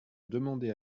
demander